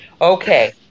okay